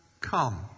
come